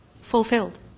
fulfilled